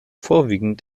vorwiegend